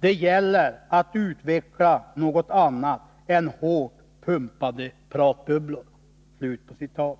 Det gäller att utveckla något annat än hårt pumpade pratbubblor.” Vidare